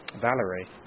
Valerie